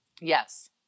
Yes